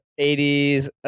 80s